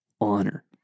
honor